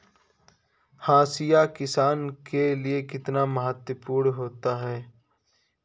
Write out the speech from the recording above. हाशिया किसान के लिए कितना महत्वपूर्ण होता है?